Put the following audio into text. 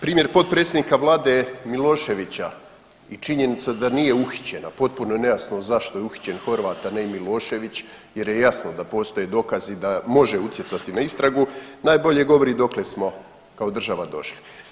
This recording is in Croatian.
Primjer potpredsjednika Vlade Miloševića i činjenica da nije uhićen, a potpuno je nejasno zašto je uhićen Horvat, a ne i Milošević jer je jasno da postoje dokazi da može utjecati na istragu najbolje govori dokle smo kao država došli.